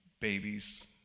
babies